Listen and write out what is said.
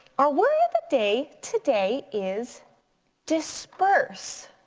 our word of the day today is disperse.